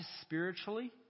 spiritually